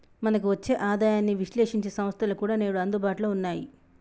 మనకు వచ్చే ఆదాయాన్ని విశ్లేశించే సంస్థలు కూడా నేడు అందుబాటులో ఉన్నాయి